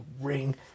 ring